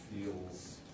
feels